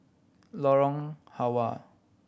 Lorong Halwa